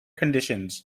conditions